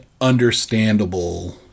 understandable